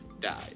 died